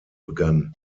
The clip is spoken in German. begann